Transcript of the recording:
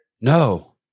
No